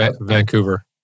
Vancouver